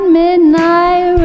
midnight